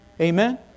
Amen